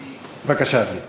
בבקשה, אדוני.